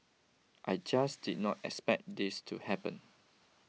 I just did not expect this to happen